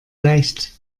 leicht